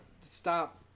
stop